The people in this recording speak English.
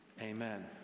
amen